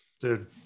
Dude